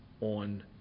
on